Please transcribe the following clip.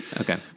okay